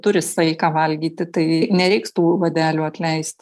turi saiką valgyti tai nereiks tų vadelių atleist